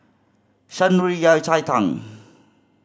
Shan Rui Yao Cai Tang